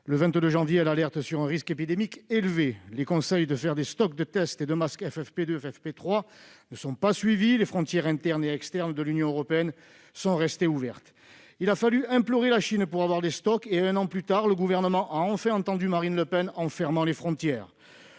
Le 22 janvier suivant, le Centre alerte sur un risque épidémique élevé. Les conseils de constituer des stocks de tests et de masques FFP2 et FFP3 ne sont pas suivis. Les frontières internes et externes de l'Union européenne sont laissées ouvertes. Il a fallu implorer la Chine pour avoir des stocks. Un an plus tard, le Gouvernement a enfin entendu Marine Le Pen, en fermant les frontières.